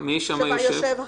מי יושב שם?